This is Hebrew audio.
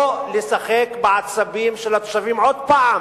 חשוב מאוד לא לשחק בעצבים של התושבים: עוד פעם